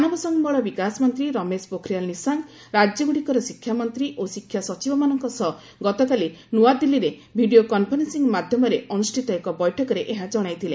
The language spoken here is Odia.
ମାନବ ସମ୍ଭଳ ବିକାଶ ମନ୍ତ୍ରୀ ରମେଶ ପୋଖରିଆଲ୍ ନିଶଙ୍କ ରାଜ୍ୟଗ୍ରଡ଼ିକର ଶିକ୍ଷା ମନ୍ତ୍ରୀ ଓ ଶିକ୍ଷା ସଚିବମାନଙ୍କ ସହ ଗତକାଲି ନ୍ତଆଦିଲ୍ଲୀରେ ଭିଡିଓ କନ୍ଫରେନ୍ଦିଂ ମାଧ୍ୟମରେ ଅନୁଷ୍ଠିତ ଏକ ବୈଠକରେ ଏହା ଜଣାଇଥିଲେ